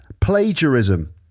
plagiarism